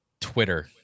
Twitter